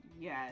yes